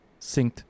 synced